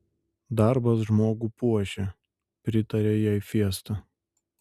darbas žmogų puošia pritarė jai fiesta